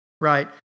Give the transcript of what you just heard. right